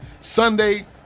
Sunday